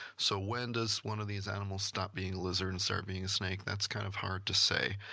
so when does one of these animals stop being lizard and start being a snake? that's kind of hard to say.